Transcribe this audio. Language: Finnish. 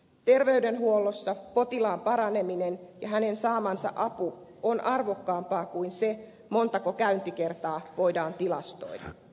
terveydenhuollossa potilaan paraneminen ja hänen saamansa apu on arvokkaampaa kuin se montako käyntikertaa voidaan tilastoida